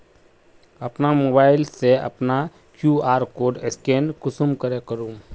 अपना मोबाईल से अपना कियु.आर कोड स्कैन कुंसम करे करूम?